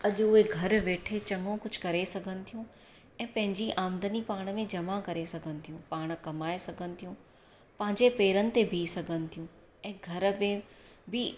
अॼु उहे घर वेठे चङो कुझु करे सघनि थियूं ऐं पंहिंजी आमदनी पाण में जमा करे सघनि थियूं पाण कमाए सघनि थियूं पंहिंजे पेरनि ते बिही सघनि थियूं ऐं घर में बि